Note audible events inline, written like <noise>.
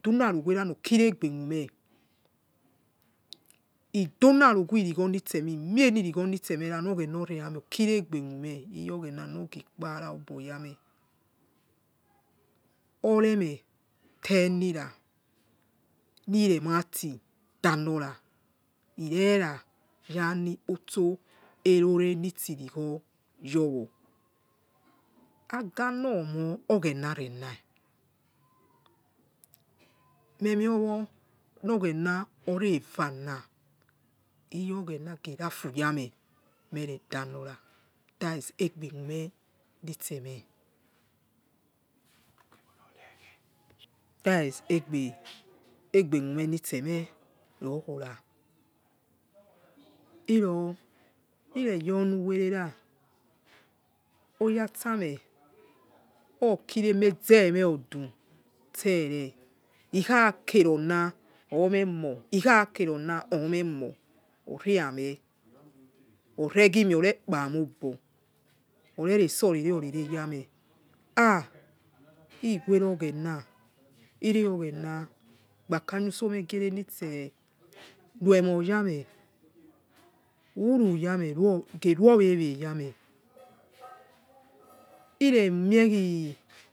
Okha dela roghoghekiri egbe khueme <hesitation> oudo aro ghei lugwo lo oghena a anie okie aigbe oghena a mie okie aigbe khueme iyo ofhe na huge kpara obo yime <hesitation> ore mete lira line matidahira laira khian okpogo eli itsi laigwo yovoo aga lo moi oghene neleui, <hesitation> mene owo oghene hore efa na iyo o ghene ghe rafu yame miere dalona that's ougbe lhuume li itse me li itse me hie yere oluwere re oyasai me okiri emai ghe me udu itse re iwhai kere ola omie mor ore ame ore ghe me ore kpa mo obo ore itso orare yanie yai eli guere oghena oghena gbakakha uso uni aihhere iyse luemo y mie uru yame ghe ru owewe yame liemie khi